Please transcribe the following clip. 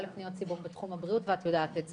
לפניות ציבור בתחום הבריאות ואת יודעת את זה.